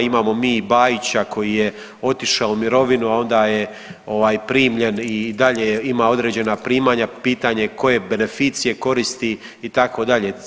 Imamo mi i Bajića koji je otišao u mirovinu, a onda je ovaj primljen i dalje ima određena primanja, pitanje koje beneficije koristi itd.